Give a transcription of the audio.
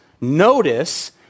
notice